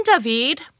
David